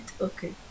Okay